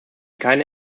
keine